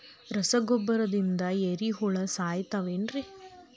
ರಸಗೊಬ್ಬರದಿಂದ ಏರಿಹುಳ ಸಾಯತಾವ್ ಏನ್ರಿ?